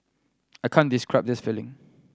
I can't describe this feeling